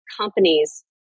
companies